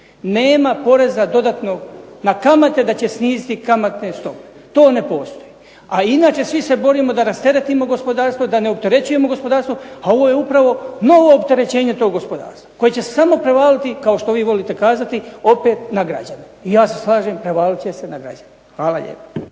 Nema poreza dodatnog na kamate da će sniziti kamatne stope. To ne postoji. A inače svi se borimo da rasteretimo gospodarstvo, da ne opterećujemo gospodarstvo, a ovo je upravo novo opterećenje tog gospodarstva koje će se samo prevaliti, kao što vi volite kazati, opet na građane. I ja se slažem, prevalit će se na građane. Hvala lijepa.